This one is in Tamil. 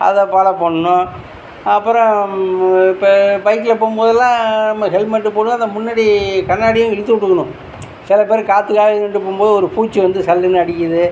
அதை ஃபாலோ பண்ணணும் அப்புறம் இப்போ பைக்கில் போகும்போதெல்லாம் நம்ம ஹெல்மெட் போடுவோம் அதை முன்னாடி கண்ணாடியும் இழுத்துவிட்டுக்கணும் சில பேர் காற்றுக்காக எடுத்துட்டு போகும்போது ஒரு பூச்சி வந்து சல்லுன்னு அடிக்கிறது